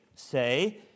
Say